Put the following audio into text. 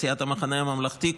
סיעת המחנה הממלכתי,